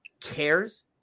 cares